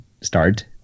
start